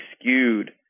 skewed